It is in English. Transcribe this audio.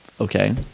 okay